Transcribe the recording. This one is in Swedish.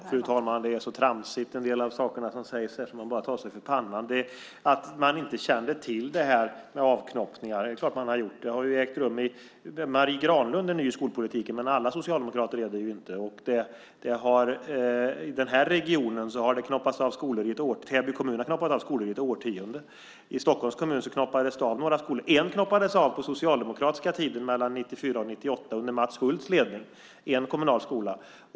Fru talman! En del av sakerna som sägs här är så tramsigt att man bara tar sig för pannan, till exempel att man inte kände till det här med avknoppningar. Det är klart att man gjorde. Marie Granlund är ny i skolpolitiken, men alla socialdemokrater är det inte. I den här regionen har det knoppats av skolor. Täby kommun har knoppat av skolor i ett årtionde. I Stockholms kommun har det också knoppats av skolor. En kommunal skola knoppades av på den socialdemokratiska tiden mellan 1994 och 1998 under Mats Hulths ledning.